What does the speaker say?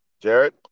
Jared